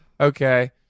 Okay